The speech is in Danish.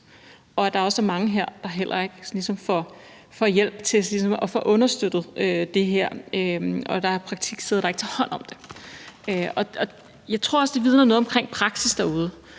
Der er også mange her, som ikke får hjælp til at få understøttet det her. Der er praktiksteder, der ikke tager hånd om det. Jeg tror også, det vidner om praksis derude.